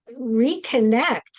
reconnect